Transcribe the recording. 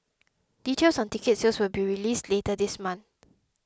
details on ticket sales will be released later this month